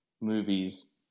movies